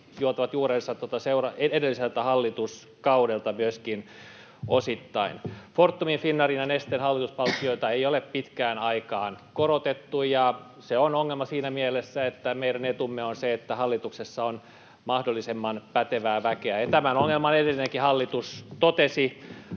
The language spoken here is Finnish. juontavat juurensa tuolta edelliseltä hallituskaudelta. Fortumin, Finnairin ja Nesteen hallituspalkkioita ei ole pitkään aikaan korotettu, ja se on ongelma siinä mielessä, että meidän etumme on se, että hallituksessa on mahdollisimman pätevää väkeä. Tämän ongelman edellinenkin hallitus totesi.